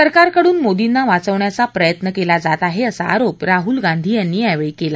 सरकारकडून मोदींना वाचवण्याचा प्रयत्न केला जात आहे असा आरोप राहुल गांधी यांनी केला